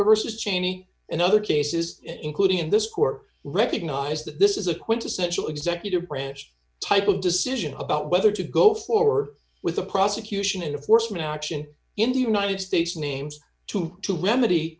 versus cheney and other cases including in this court recognized that this is a quintessential executive branch type of decision about whether to go forward with a prosecution and of course now action in the united states names to to remedy